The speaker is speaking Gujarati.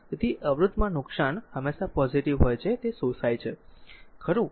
તેથી અવરોધમાં નુકસાન હંમેશા પોઝીટીવ હોય છે તે શોષાય છે ખરું